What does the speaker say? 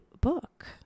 book